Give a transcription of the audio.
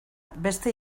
beste